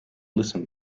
listen